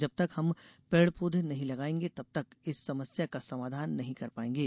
जब तक हम पेड़ पौधे नहीं लगायेगें तब तक इस समस्या का समाधान नहीं कर पायेंगे